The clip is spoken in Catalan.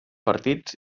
partits